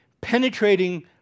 penetrating